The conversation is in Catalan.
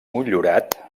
motllurat